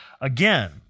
again